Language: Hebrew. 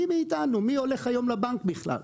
מי הולך היום לבנק בכלל?